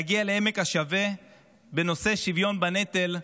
ולהגיע לעמק השווה בנושא השוויון בנטל,